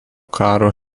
karo